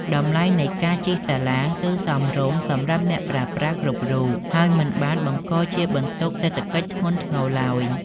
តម្លៃនៃការជិះសាឡាងគឺសមរម្យសម្រាប់អ្នកប្រើប្រាស់គ្រប់រូបហើយមិនបានបង្កជាបន្ទុកសេដ្ឋកិច្ចធ្ងន់ធ្ងរឡើយ។